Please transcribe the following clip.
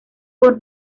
con